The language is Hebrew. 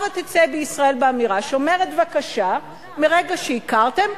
הבה תצא ישראל באמירה שאומרת: בבקשה, מרגע שהכרתם,